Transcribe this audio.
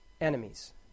enemies